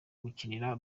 gukinira